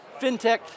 fintech